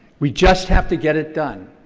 we just have to get it done.